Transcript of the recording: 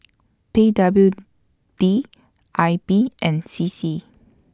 P W D I B and C C